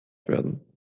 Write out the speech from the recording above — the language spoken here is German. werden